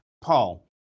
Paul